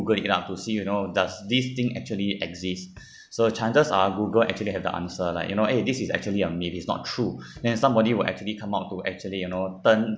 Google it out to see you know does this thing actually exist so chances are Google actually have the answer like you know eh this is actually a myth it's not true then somebody will actually come up to actually you know turn